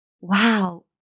wow